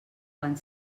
quan